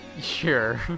Sure